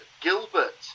Gilbert